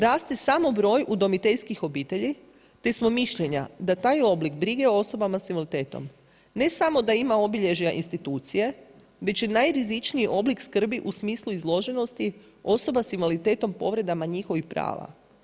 Raste samo broj udomiteljskih obitelji, te smo mišljenja, da taj oblik brige o osobama s invaliditetom, ne samo da ima obilježje institucije, već i najrizičniji oblik skrbi u smislu izloženosti osoba s invaliditetom, povredama njihovih prava.